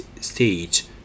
stage